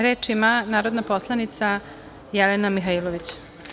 Reč ima narodna poslanica Jelena Mihailović.